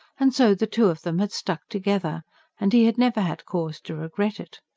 and so the two of them had stuck together and he had never had cause to regret it.